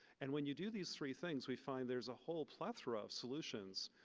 and when you do these three things, we find there's a whole plethora of solutions.